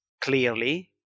clearly